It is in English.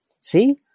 See